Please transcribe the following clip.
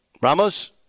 Ramos